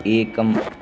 एकम्